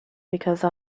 because